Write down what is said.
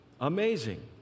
Amazing